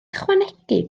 ychwanegu